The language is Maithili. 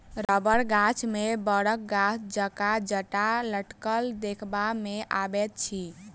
रबड़ गाछ मे बड़क गाछ जकाँ जटा लटकल देखबा मे अबैत अछि